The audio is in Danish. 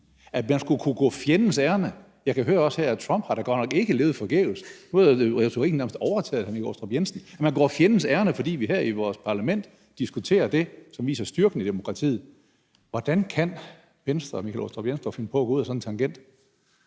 At man skulle kunne gå fjendens ærinde? Jeg kan også her høre, at Trump da godt nok ikke har levet forgæves. Nu er retorikken nærmest overtaget af hr. Michael Aastrup Jensen: at man går fjendes ærinde, fordi vi her i vores parlament diskuterer det, som viser styrken i demokratiet. Hvordan kan Venstre og hr. Michael Aastrup Jensen dog finde på at gå ud ad sådan en tangent?